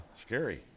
Scary